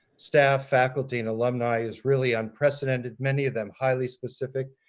staff, faculty, and alumni is really unprecedented. many of them highly specific,